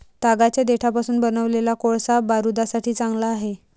तागाच्या देठापासून बनवलेला कोळसा बारूदासाठी चांगला आहे